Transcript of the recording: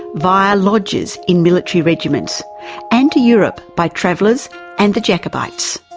via lodges in military regiments and to europe by travellers and the jacobites.